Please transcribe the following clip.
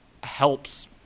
helps